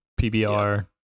PBR